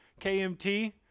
kmt